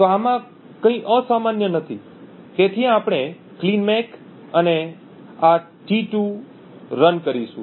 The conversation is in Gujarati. તો આમાં કંઈ અસામાન્ય નથી તેથી આપણે ક્લીન મેક અને આ t2 રન કરીશું